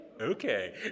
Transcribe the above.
okay